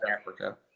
Africa